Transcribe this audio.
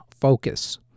focus